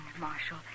Marshal